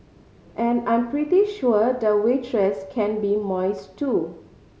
and I'm pretty sure the waitress can be moist too